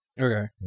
Okay